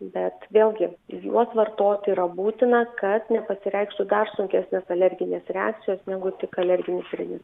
bet vėlgi ir juos vartot yra būtina kas nepasireikštų dar sunkesnės alerginės reakcijos negu tik alerginis rini